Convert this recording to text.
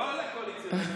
לא לקואליציה, לליכוד.